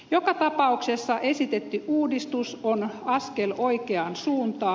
joka tapauksessa esitetty uudistus on askel oikeaan suuntaan